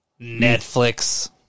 Netflix